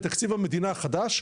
בתקציב המדינה החדש,